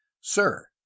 sir